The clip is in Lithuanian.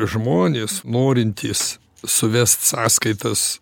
žmonės norintys suvest sąskaitas